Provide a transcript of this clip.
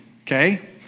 okay